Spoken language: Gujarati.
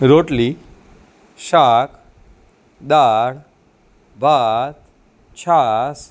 રોટલી શાક દાળ ભાત છાસ